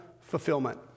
fulfillment